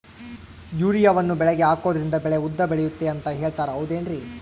ಯೂರಿಯಾವನ್ನು ಬೆಳೆಗೆ ಹಾಕೋದ್ರಿಂದ ಬೆಳೆ ಉದ್ದ ಬೆಳೆಯುತ್ತೆ ಅಂತ ಹೇಳ್ತಾರ ಹೌದೇನ್ರಿ?